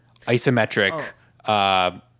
isometric